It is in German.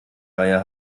reihe